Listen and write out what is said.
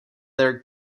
their